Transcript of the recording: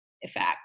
effect